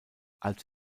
als